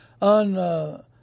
on